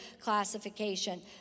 classification